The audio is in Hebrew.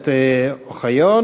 הכנסת אוחיון.